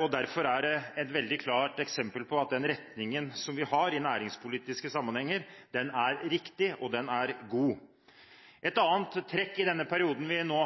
og derfor er det et veldig klart eksempel på at den retningen vi har i næringspolitiske sammenhenger, er riktig og den er god. Et annet trekk i denne perioden vi nå